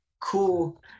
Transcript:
Cool